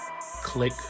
Click